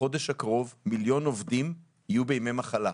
בחודש הקרוב יהיו כמיליון עובדים שישהו בימי מחלה.